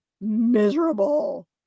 miserable